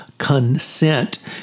consent